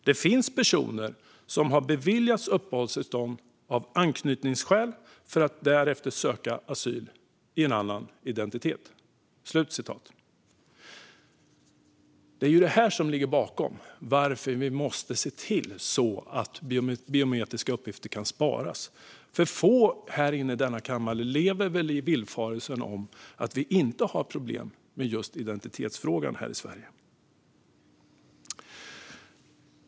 Det finns personer som har beviljats uppehållstillstånd av anknytningsskäl för att därefter söka asyl i en annan identitet. Det är det här som ligger bakom att vi måste se till att biometriska uppgifter kan sparas. Få här inne i denna kammare lever väl i villfarelsen att vi inte har problem med just identitetsfrågan här i Sverige.